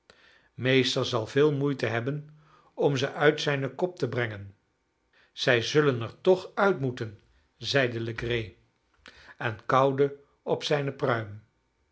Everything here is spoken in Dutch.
meester zal veel moeite hebben om ze uit zijnen kop te brengen zij zullen er toch uit moeten zeide legree en kauwde op zijne pruim